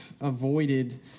avoided